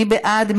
מי בעד?